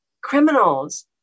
criminals